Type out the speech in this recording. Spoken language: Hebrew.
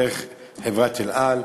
דרך חברת "אל על".